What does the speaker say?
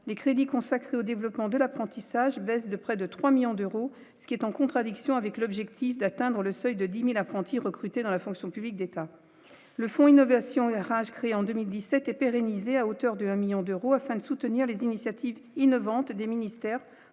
les crédits consacrés au développement de l'apprentissage, baisse de près de 3 millions d'euros, ce qui est en contradiction avec l'objectif d'atteindre le seuil de 10000 apprentis recrutés dans la fonction publique d'État, le Fonds Innovation RH, créée en 2017 et pérenniser à hauteur de 1 1000000 d'euros afin de soutenir les initiatives innovantes des ministères